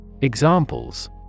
Examples